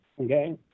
okay